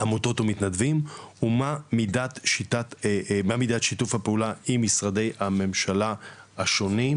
עמותות ומתנדבים ומה מידת שיתוף הפעולה עם משרדי הממשלה השונים,